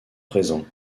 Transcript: présents